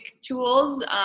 tools